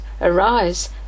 Arise